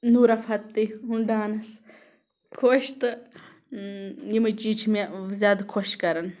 نوٗرا فتح ہُںٛد ڈانَس خۄش تہٕ یِمَے چیٖز چھِ مےٚ زیادٕ خۄش کَران